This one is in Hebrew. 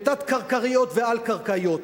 ותת-קרקעיות ועל-קרקעיות.